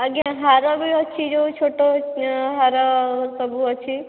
ଆଜ୍ଞା ହାର ବି ଅଛି ଯେଉଁ ସବୁ ଛୋଟ ହାର ସବୁ ଅଛି